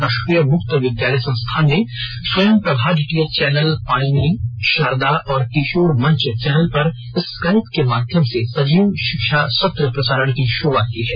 राष्ट्रीय मुक्त विद्यालय संस्थान ने स्वयंप्रभा डीटीएच चैनल पाणिनी शारदा और किशोर मंच चैनल पर स्काइप के माध्यम से सजीव शिक्षा सत्र प्रसारण की शुरुआत की है